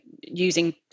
using